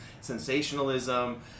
sensationalism